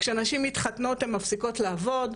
כשנשים מתחתנות הן מפסיקות לעבוד,